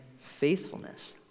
faithfulness